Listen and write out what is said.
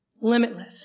Limitless